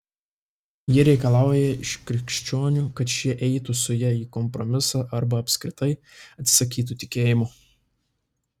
ji reikalauja iš krikščionių kad šie eitų su ja į kompromisą arba apskritai atsisakytų tikėjimo